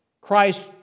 Christ